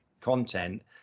content